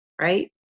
right